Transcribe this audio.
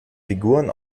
figuren